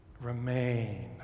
Remain